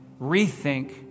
rethink